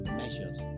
measures